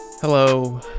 Hello